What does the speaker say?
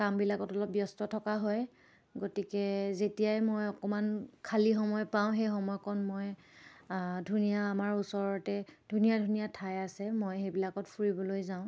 কামবিলাকত অলপ ব্যস্ত থকা হয় গতিকে যেতিয়াই মই অকণমান খালী সময় পাওঁ সেই সময়কণ মই ধুনীয়া আমাৰ ওচৰতে ধুনীয়া ধুনীয়া ঠাই আছে মই সেইবিলাকত ফুৰিবলৈ যাওঁ